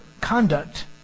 conduct